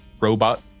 robot